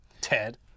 Ted